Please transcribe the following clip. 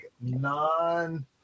non